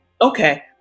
Okay